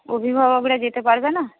অভিভাবকরা যেতে পারবেনা